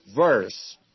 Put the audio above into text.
verse